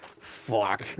Fuck